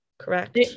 correct